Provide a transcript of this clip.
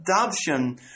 adoption